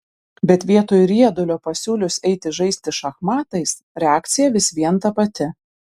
bet vietoj riedulio pasiūlius eiti žaisti šachmatais reakcija vis vien ta pati